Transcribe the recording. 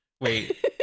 Wait